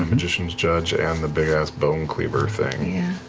and magician's judge and the big-ass bone cleaver thing.